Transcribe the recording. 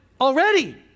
already